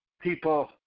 people